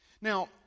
Now